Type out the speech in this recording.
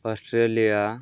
Australia